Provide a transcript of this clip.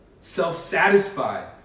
self-satisfied